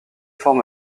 forme